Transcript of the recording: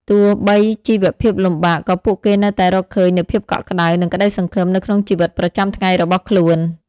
ទោះបីជីវភាពលំបាក ក៏ពួកគេនៅតែរកឃើញនូវភាពកក់ក្ដៅ និងក្ដីសង្ឃឹមនៅក្នុងជីវិតប្រចាំថ្ងៃរបស់ខ្លួន។